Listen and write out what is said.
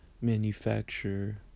manufacture